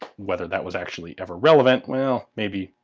whether that was actually ever relevant, well maybe,